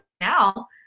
now